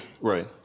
Right